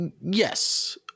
Yes